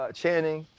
channing